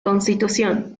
constitución